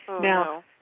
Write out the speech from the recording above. Now